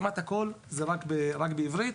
כמעט הכול רק בעברית,